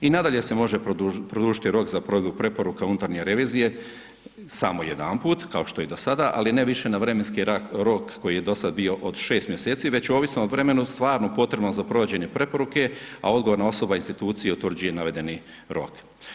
I nadalje se može produžiti rok za provedbu preporuka unutarnje revizije samo jedanput kao što je i do sada ali ne više na vremenski rok koji je do sada bio od 6 mjeseci već ovisno o vremenu stvarno potrebno za provođenje preporuke a odgovorna osoba, institucije utvrđuje navedeni rok.